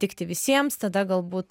tikti visiems tada galbūt